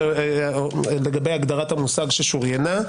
לגבי הגדרת המושג "ששוריינה"